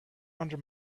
under